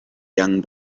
young